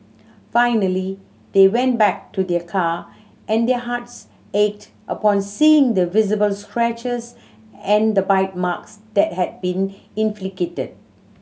finally they went back to their car and their hearts ached upon seeing the visible scratches and the bite marks that had been inflicted